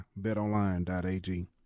BetOnline.ag